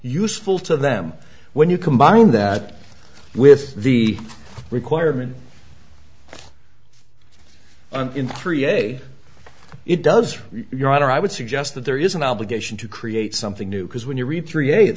useful to them when you combine that with the requirement in three a it does your honor i would suggest that there is an obligation to create something new because when you read three